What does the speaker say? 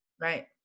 right